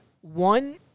One